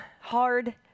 hard